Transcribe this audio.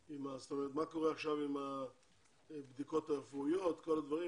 מה קורה עם הבדיקות הרפואיות וכל הדברים,